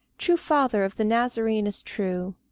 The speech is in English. true father of the nazarene as true,